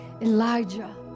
Elijah